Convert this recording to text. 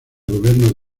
gobierno